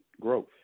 growth